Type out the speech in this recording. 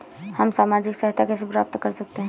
हम सामाजिक सहायता कैसे प्राप्त कर सकते हैं?